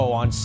on